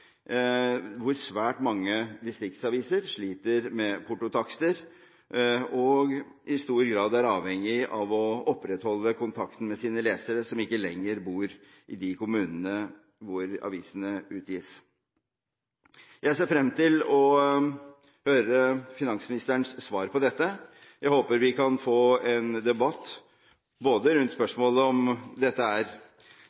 svært mange distriktsaviser sliter med portotakster og er i stor grad avhengig av å opprettholde kontakten med de leserne som ikke lenger bor i de kommunene hvor avisen utgis. Jeg ser frem til å høre finansministerens svar. Jeg håper vi kan få en debatt rundt